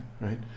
right